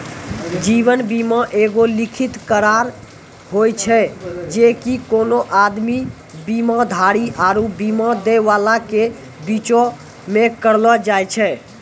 जीवन बीमा एगो लिखित करार होय छै जे कि कोनो आदमी, बीमाधारी आरु बीमा दै बाला के बीचो मे करलो जाय छै